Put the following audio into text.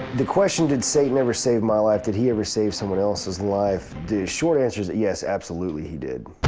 the question did satan ever save my life, did he ever save someone else's life, the short answer is yes. absolutely he did.